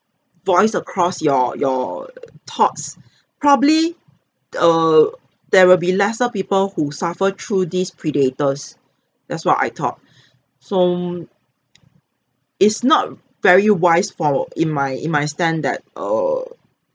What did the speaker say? voice across your your thoughts probably err there will be lesser people who suffer through these predators that's what I thought so it's not very wise for in my in my stand that err